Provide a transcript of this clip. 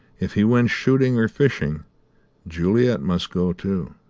if he went shooting or fishing juliet must go too